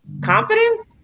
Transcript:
confidence